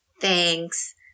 thanks